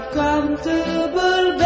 comfortable